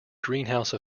greenhouse